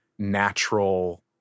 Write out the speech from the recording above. Natural